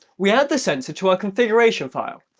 we had the sensor to our configuration file,